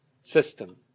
system